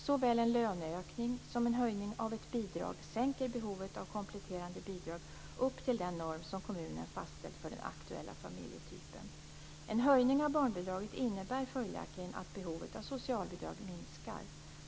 Såväl en löneökning som en höjning av ett bidrag sänker behovet av kompletterande bidrag upp till den norm som kommunen fastställt för den aktuella familjetypen. En höjning av barnbidraget innebär följaktligen att behovet av socialbidrag minskar.